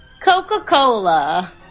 Coca-Cola